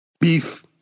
beef